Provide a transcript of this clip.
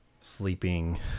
sleeping